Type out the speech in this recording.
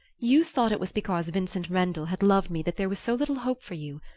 you thought it was because vincent rendle had loved me that there was so little hope for you.